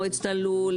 מועצת הלול,